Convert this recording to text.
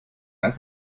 einen